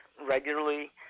regularly